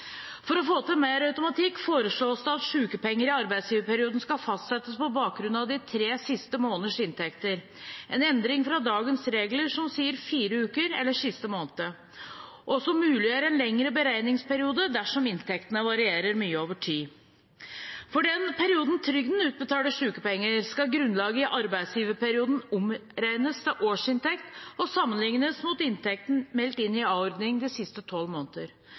For å få til mer automatikk foreslås det at sykepenger i arbeidsgiverperioden skal fastsettes på bakgrunn av de tre siste måneders inntekter. Det er en endring fra dagens regler, som sier fire uker eller siste måned, og som muliggjør en lengre beregningsperiode dersom inntektene varierer mye over tid. For den perioden trygden utbetaler sykepenger, skal grunnlaget i arbeidsgiverperioden omregnes til årsinntekt og sammenlignes med inntekten meldt inn i a-ordningen de siste tolv måneder.